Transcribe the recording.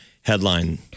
headline